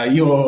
io